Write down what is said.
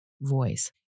voice